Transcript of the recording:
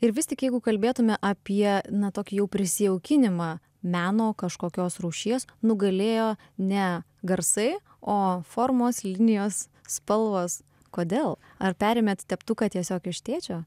ir vis tik jeigu kalbėtume apie na tokį jau prisijaukinimą meno kažkokios rūšies nugalėjo ne garsai o formos linijos spalvos kodėl ar perėmėt teptuką tiesiog iš tėčio